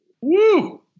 Woo